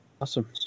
awesome